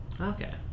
Okay